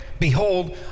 Behold